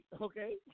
Okay